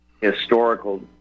historical